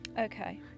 okay